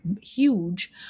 huge